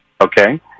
Okay